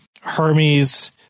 Hermes